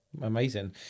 Amazing